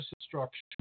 instruction